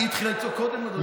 היא התחילה לצעוק קודם, אדוני.